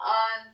on